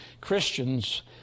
Christians